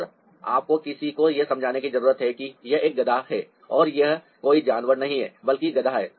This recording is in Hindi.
और आपको किसी को यह समझने की ज़रूरत है कि यह एक गधा है और यह कोई और जानवर नहीं है बल्कि गधा है